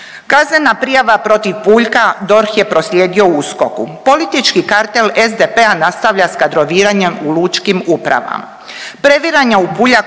Kaznena prijava protiv Puljka, DORH je proslijedio USKOK-u. Politički kartel SDP-a nastavlja s kadroviranjem u lučkim upravama.